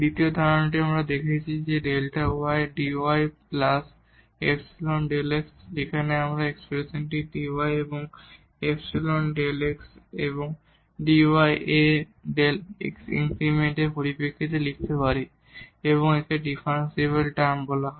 দ্বিতীয় ধারণাটি আমরা দেখেছি যে Δ y dyϵ Δ x যেটি আমরা এই এক্সপ্রেশনটিকে dy এবং ϵ Δ x এবং dy A Δx ইনক্রিমেন্টের পরিপ্রেক্ষিতে লিখতে পারি এবং একে ডিফারেনশিয়াল টার্ম বলা হয়